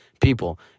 people